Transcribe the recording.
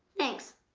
thanks.